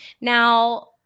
Now